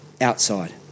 outside